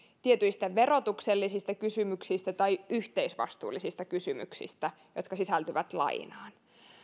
tietyistä verotuksellisista kysymyksistä tai yhteisvastuullisista kysymyksistä jotka sisältyvät lainaan